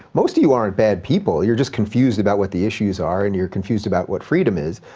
most of you aren't bad people. you're just confused about what the issues are and you're confused about what freedom is,